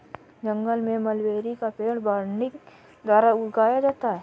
जंगल में मलबेरी का पेड़ बडिंग द्वारा उगाया गया है